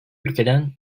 ülkeden